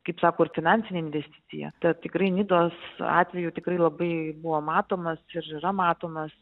kaip sako ir finansinė investicija ta tikrai nidos atveju tikrai labai buvo matomas ir yra matomas